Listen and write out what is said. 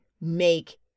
make